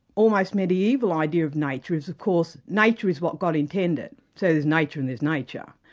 almost mediaeval idea of nature is of course nature is what god intended, so there's nature and there's nature.